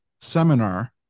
seminar